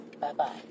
Bye-bye